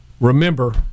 remember